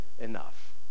enough